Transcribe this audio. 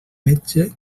metge